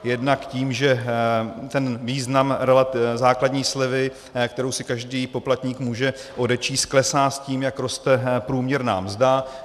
Jednak tím, že význam základní slevy, kterou si každý poplatník může odečíst, klesá s tím, jak roste průměrná mzda.